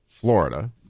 Florida